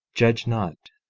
judge not,